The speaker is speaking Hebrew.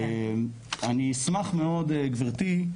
אשמח מאוד גבירתי,